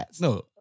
No